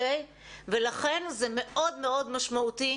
לכן זה מאוד מאוד משמעותי,